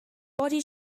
body